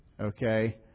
Okay